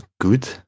good